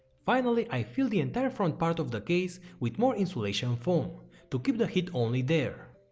finally, i fill the entire front part of the case with more insulation foam to keep the heat only there.